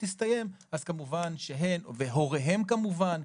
כמובן שהן והוריהם כמובן,